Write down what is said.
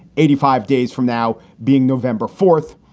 eighty five days from now being november fourth,